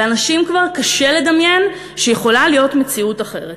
לאנשים כבר קשה לדמיין שיכולה להיות מציאות אחרת.